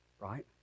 right